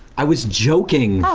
i was joking! oh!